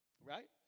Right